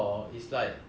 err